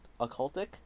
occultic